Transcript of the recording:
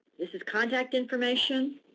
this is contact information.